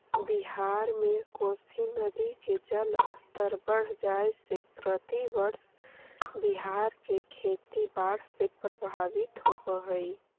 बिहार में कोसी नदी के जलस्तर बढ़ जाए से प्रतिवर्ष बिहार के खेती बाढ़ से प्रभावित होवऽ हई